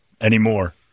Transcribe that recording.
Anymore